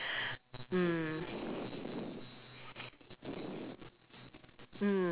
mm